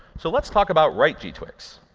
so let's talk about right g-twix.